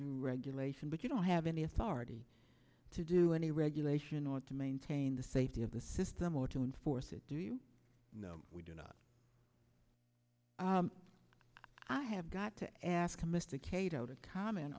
do regulation but you don't have any authority to do any regulation or to maintain the safety of the system or to enforce it do you know we do not i have got to ask mr cato to comment